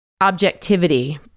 objectivity